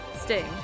Sting